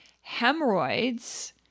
hemorrhoids